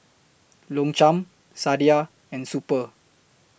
Longchamp Sadia and Super